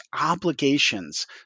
obligations